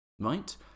right